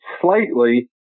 slightly